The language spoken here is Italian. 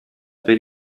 per